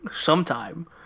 Sometime